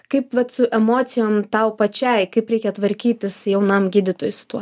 kaip vat su emocijom tau pačiai kaip reikia tvarkytis jaunam gydytojui su tuo